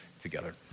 together